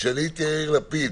תשאלי את יאיר לפיד.